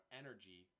energy